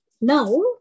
Now